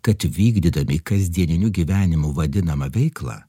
kad vykdydami kasdieniniu gyvenimu vadinamą veiklą